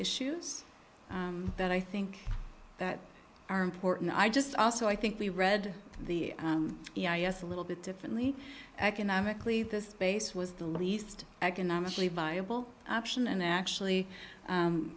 issues that i think that are important i just also i think we read the c i s a little bit differently economically this base was the least economically viable option and actually